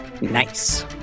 Nice